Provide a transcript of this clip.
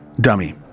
dummy